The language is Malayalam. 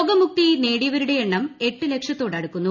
രോഗമുക്തി നേടിയവരുടെ എണ്ണം എട്ട് ലക്ഷത്തോടടുക്കുന്നു